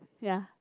ya